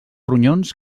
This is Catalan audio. ronyons